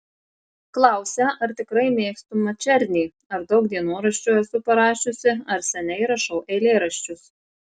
klausia ar tikrai mėgstu mačernį ar daug dienoraščio esu parašiusi ar seniai rašau eilėraščius